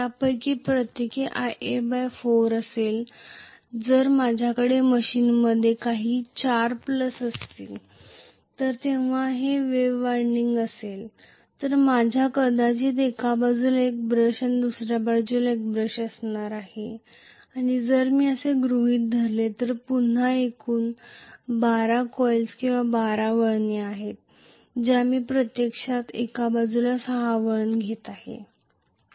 त्यापैकी प्रत्येक Ia4 असेल जर माझ्या मशीनमध्ये काही 4 प्लस असतील तर ते जर वेव्ह वायंडिंग असेल तर माझ्या कदाचित एका बाजूला एक ब्रश आणि दुसऱ्या बाजुला एक ब्रश असणार आहे आणि जर मी असे गृहीत धरले तर पुन्हा येथे एकूण 12 कॉइल्स किंवा 12 वळणे आहेत ज्या मी प्रत्यक्षात एका बाजूला 6 वळण घेत आहोत